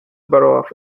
borough